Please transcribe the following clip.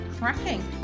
cracking